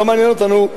ולא מעניינים אותנו,